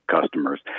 customers